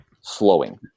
slowing